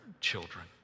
children